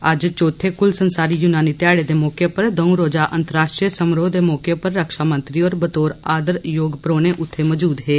अज्ज चौथे कुल संसारी यूनानी ध्याड़े दे मौके उप्पर दंऊ रोजा अंतराष्ट्रीय समारोह दे मौके उप्पर रक्षामंत्री होर बतौर आदर जोग परौहने उत्थै मौजूद हे